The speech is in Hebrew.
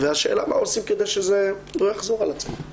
השאלה מה עושים כדי שזה לא יחזור על עצמו.